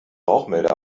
rauchmelder